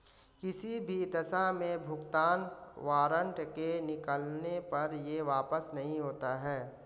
किसी भी दशा में भुगतान वारन्ट के निकलने पर यह वापस नहीं होता है